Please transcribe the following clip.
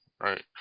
Right